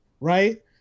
right